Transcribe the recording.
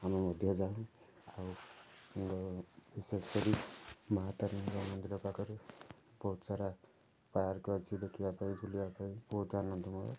ଆମେ ମଧ୍ୟ ଯାଉ ଆଉ ସେଠି ବି ମାଁ ତାରିଣୀଙ୍କ ମନ୍ଦିର ପାଖରେ ବହୁତ ସାରା ପାର୍କ ଅଛି ଦେଖିବାପାଇଁ ବୁଲିବାପାଇଁ ବହୁତ ଆନନ୍ଦ ମିଳେ